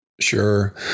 Sure